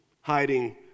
hiding